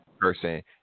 person